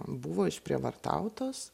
buvo išprievartautos